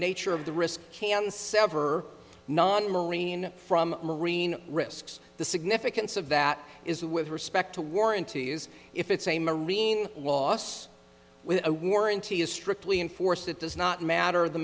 nature of the risk can sever non marine from marine risks the significance of that is with respect to warranty is if it's a marine loss with a warranty is strictly enforced it does not matter the